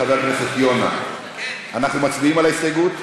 חבר הכנסת יונה, אנחנו מצביעים על ההסתייגות?